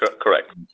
Correct